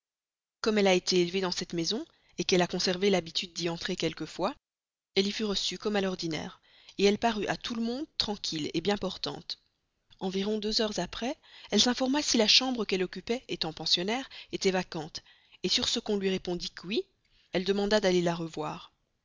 comme elle a été élevée dans cette maison qu'elle a conservé l'habitude d'y entrer quelquefois elle y fut reçue comme à l'ordinaire elle parut à tout le monde tranquille bien portante environ deux heures après elle s'informa si la chambre qu'elle occupait étant pensionnaire était vacante sur ce qu'on lui répondit que oui elle demanda d'aller la revoir